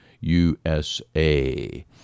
USA